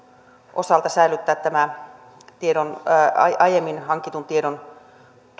osalta säilyttää tämä aiemmin hankitun tiedon